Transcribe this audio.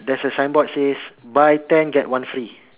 there's a sign board says buy ten get one free